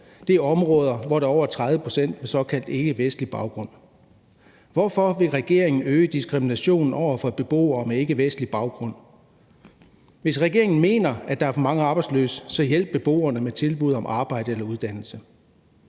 Det er områder, hvor der er over 30 pct. med såkaldt ikkevestlig baggrund. Hvorfor vil regeringen øge diskriminationen over for beboere med ikkevestlig baggrund? Hvis regeringen mener, at der er for mange arbejdsløse, så hjælp beboerne med tilbud om arbejde eller uddannelse.